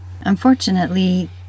Unfortunately